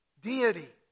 deity